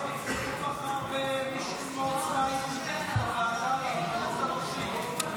אולי לא תבחרו מחר --- מעוצמה יהודית בוועדה לרבנות הראשית.